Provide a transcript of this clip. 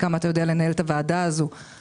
עד כמה אתה יודע לנהל את הוועדה הזו במקצועיות.